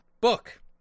Book